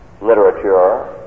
literature